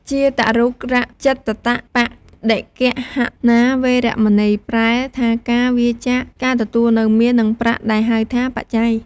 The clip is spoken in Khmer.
ជាតរូបរជតប្បដិគ្គហណា វេរមណី ប្រែថា ការវៀរចាកការទទួលនូវមាស និងប្រាក់ ដែលហៅថា បច្ច័យ។